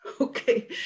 Okay